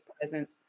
presence